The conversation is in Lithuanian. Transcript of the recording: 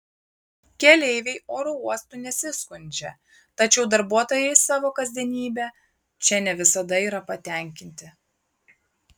keleiviai oro uostu nesiskundžia tačiau darbuotojai savo kasdienybe čia ne visada yra patenkinti